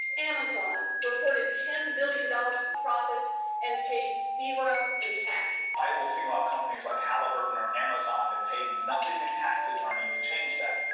amazon reported ten billion dollars in profits and paid zero in taxes. i will single out companies like halliburton or amazon that pay nothing in taxes in our need to change that.